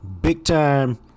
big-time